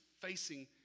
facing